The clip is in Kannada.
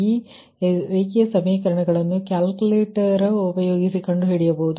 ಈ ಲೀನಿಯರ್ ಸಮೀಕರಣಗಳನ್ನು ಕ್ಯಾಲುಕೇಲೇಟರ್ ಉಪಯೋಗಿಸಿ ಕಂಡುಹಿಡಿಯಬಹುದು